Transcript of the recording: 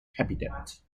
habitat